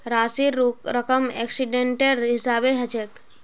राशिर रकम एक्सीडेंटेर हिसाबे हछेक